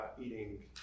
eating